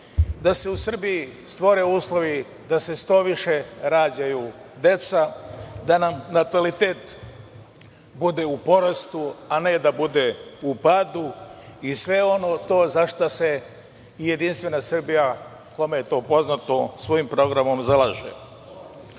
da se u Srbiji stvore uslovi da se što više rađaju deca, da nam natalitet bude u porastu, a ne da bude u padu i sve ono za šta se jedinstvena Srbija, kome je to poznato, svojim programom zalaže. Pravo